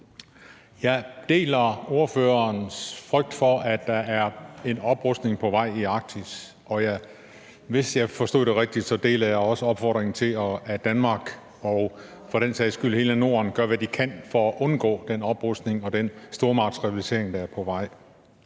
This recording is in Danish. Jeg deler ordførerens frygt for, at der er en oprustning på vej i Arktis, og hvis jeg forstod det, der blev sagt, rigtigt, deler jeg også opfordringen til, at Danmark og for den sags skyld hele Norden gør, hvad de kan for at undgå den oprustning og den stormagtsrivalisering, der er på vej.